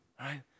right